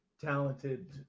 talented